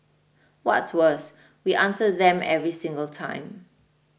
what's worse we answer them every single time